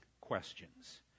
questions